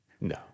No